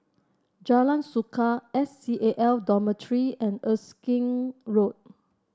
Jalan Suka S C A L Dormitory and Erskine Road